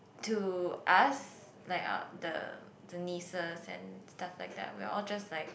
to us like our the nieces and stuffs like that we're all just like